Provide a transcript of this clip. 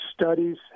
studies